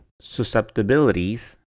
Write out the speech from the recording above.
susceptibilities